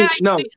No